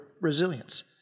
resilience